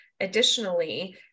Additionally